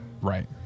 Right